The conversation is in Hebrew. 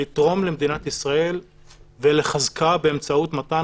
לתרום למדינת ישראל ולחזקה באמצעות מתן